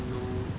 follow